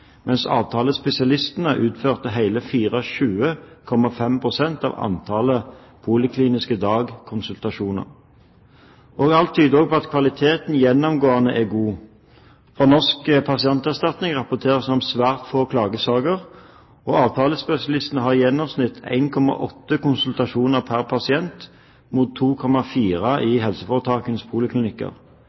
mens avtalespesialistene utførte hele 24,5 pst. av antall polikliniske konsultasjoner og dagkonsultasjoner. Alt tyder også på at kvaliteten gjennomgående er god. Fra Norsk pasientskadeerstatning rapporteres det om svært få klagesaker, og avtalespesialistene har i gjennomsnitt 1,8 konsultasjoner pr. pasient mot 2,4 i helseforetakenes poliklinikker.